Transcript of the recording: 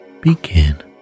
begin